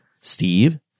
Steve